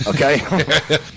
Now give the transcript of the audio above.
Okay